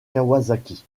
kawasaki